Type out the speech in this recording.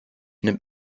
nimmt